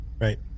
Right